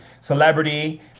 celebrity